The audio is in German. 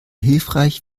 hilfreich